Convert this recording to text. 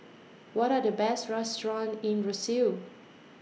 What Are The Best restaurants in Roseau